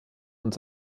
und